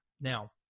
Now